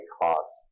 cost